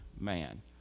man